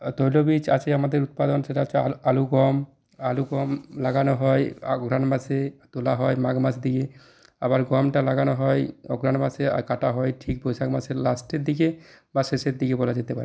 তৈলবীজ আছে আমাদের উৎপাদন সেটা হচ্ছে আলু গম আলু গম লাগানো হয় অগ্রায়ণ মাসে তোলা হয় মাঘ মাস দিকে আবার গমটা লাগানো হয় অগ্রহায়ণ মাসে আর কাটা হয় ঠিক বৈশাখ মাসের লাস্টের দিকে বা শেষের দিকে বলা যেতে